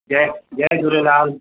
जय जय झूलेलाल